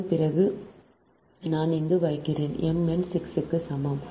அதன் பிறகு நான் இங்கு வைக்கிறேன் m n 6 க்கு சமம்